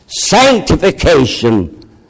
Sanctification